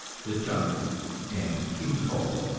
the jungle and king coal,